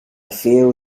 feel